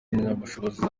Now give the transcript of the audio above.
impamyabushobozi